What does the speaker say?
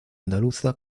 andaluza